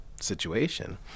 situation